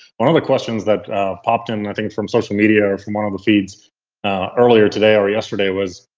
one of the questions that popped in i think from social media or from one of the feeds earlier today or yesterday was,